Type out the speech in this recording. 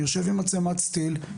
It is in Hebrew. יושב עם מצלמת סטילס,